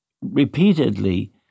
repeatedly